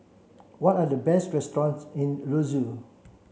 what are the best restaurants in Roseau